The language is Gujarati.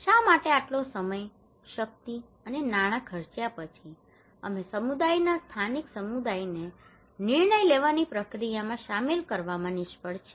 શા માટે આટલો સમય શક્તિ અને નાણાં ખર્ચ્યા પછી અમે સમુદાયના સ્થાનિક સમુદાયોને નિર્ણય લેવાની પ્રક્રિયામાં શામેલ કરવામાં નિષ્ફળ છિએ